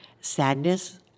sadness